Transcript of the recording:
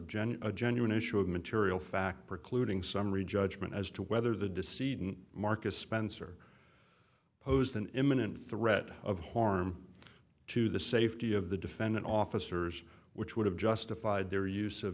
gen a genuine issue of material fact precluding summary judgment as to whether the deceit in marcus spencer owes an imminent threat of harm to the safety of the defendant officers which would have justified their use of